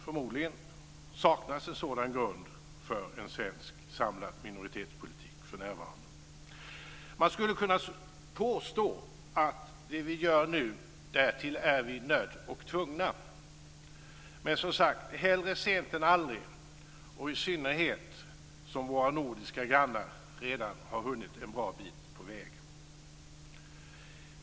Förmodligen saknas en sådan grund för en samlad svensk minoritetspolitik för närvarande. Man skulle kunna påstå om det vi gör nu att därtill är vi nödda och tvungna. Men, som sagt, bättre sent än aldrig - i synnerhet som våra nordiska grannar redan har hunnit en bra bit på vägen.